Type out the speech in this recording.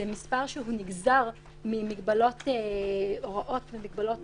זה מספר שהוא נגזר מהוראות ומגבלות